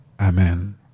Amen